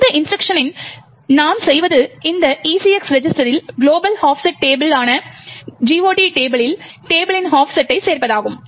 இந்த இன்ஸ்ட்ருக்ஷனனில் நாம் செய்வது இந்த ECX ரெஜிஸ்டரில் குளோபல் ஆஃப்செட் டேபிளான GOT டேபிளில் டேபிளின் ஆஃப்செட்டைச் சேர்ப்பதாகும்